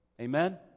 Amen